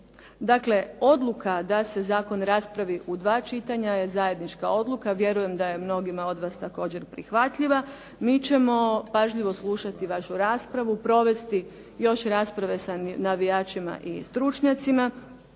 Dakle, odluka da se Zakon raspravi u 2 čitanja je zajednička odluka. Vjerujem da je mnogima od vas također prihvatljiva. Mi ćemo pažljivo slušati vašu raspravu, provesti još rasprave sa navijačima i stručnjacima